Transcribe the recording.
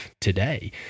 today